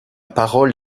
parole